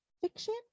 fiction